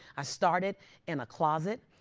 i started in a closet,